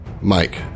Mike